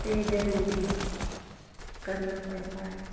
तो ज़रूरी करना पड़ता है